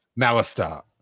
Malastar